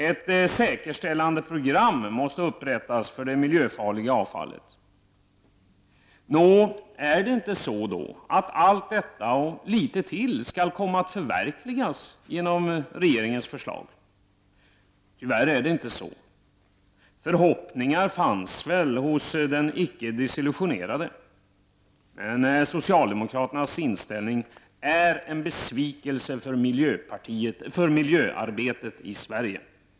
Ett säkerställande program måste upprättas för det miljöfarliga avfallet. Nå, är det då inte så att allt detta och litet till skall komma att förverkligas genom regeringens förslag? Tyvärr är det inte så. Förhoppningar fanns väl hos den icke desillusionerade. Men socialdemokraternas inställning är en besvikelse för miljöarbetet i Sverige.